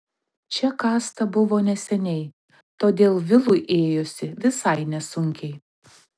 čia kasta buvo neseniai todėl vilui ėjosi visai nesunkiai